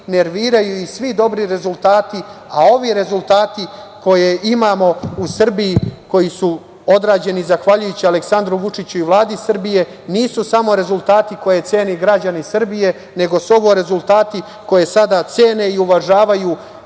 nerviraju ih svi dobri rezultati. Ove rezultate koje imamo u Srbiji, koji su odrađeni zahvaljujući Aleksandru Vučiću i Vladi Republike Srbije nisu samo rezultati koje cene građani Srbije, nego su ovo rezultati koje sada cene i uvažavaju